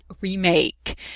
remake